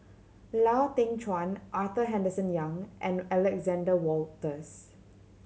Lau Teng Chuan Arthur Henderson Young and Alexander Wolters